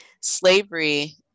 slavery